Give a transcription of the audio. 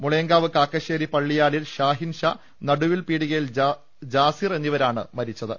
മുളയങ്കാവ് കാക്കശ്ശേരി പള്ളിയാലിൽ ഷാഹിൻ ഷാ നടുവിൽപീടികയിൽ ജാസിർ എന്നിവരാണ് മരിച്ചത്